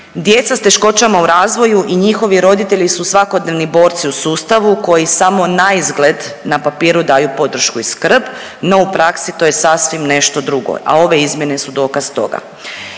Djeca sa teškoćama u razvoju i njihovi roditelji su svakodnevni borci u sustavu koji samo naizgled na papiru daju podršku i skrb, no u praksi to je sasvim nešto drugo a ove izmjene su dokaz toga.